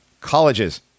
colleges